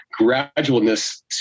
gradualness